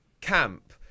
camp